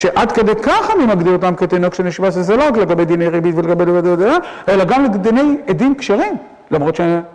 שעד כדי ככה אני מגדיר אותם כתינוק שנשבה שזה לא רק לגבי דיני ריבית ולגבי דוד ודודה אלא גם לדיני עדים כשרים למרות ש..